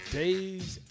days